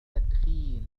التدخين